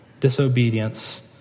disobedience